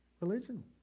religion